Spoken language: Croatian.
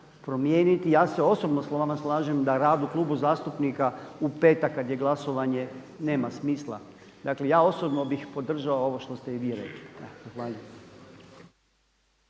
ja se osobno sa vama slažem da rad u klubu zastupnika u petak kad je glasovanje nema smisla. Dakle, ja osobno bih podržao ovo što ste i vi rekli.